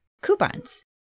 coupons